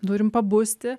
turim pabusti